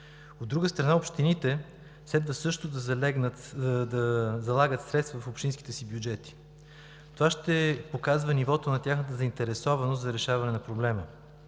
От друга страна, общините следва също да залагат средства в общинските си бюджети. Това ще показва нивото на тяхната заинтересованост за решаване на проблема.